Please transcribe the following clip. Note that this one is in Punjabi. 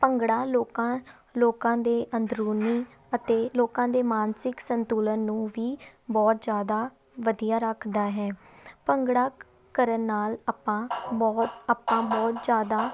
ਭੰਗੜਾ ਲੋਕਾਂ ਲੋਕਾਂ ਦੇ ਅੰਦਰੂਨੀ ਅਤੇ ਲੋਕਾਂ ਦੇ ਮਾਨਸਿਕ ਸੰਤੁਲਨ ਨੂੰ ਵੀ ਬਹੁਤ ਜ਼ਿਆਦਾ ਵਧੀਆ ਰੱਖਦਾ ਹੈ ਭੰਗੜਾ ਕਰਨ ਨਾਲ ਆਪਾਂ ਬਹੁਤ ਆਪਾਂ ਬਹੁਤ ਜ਼ਿਆਦਾ